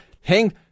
hang